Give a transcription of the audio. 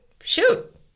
shoot